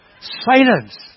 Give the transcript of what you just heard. silence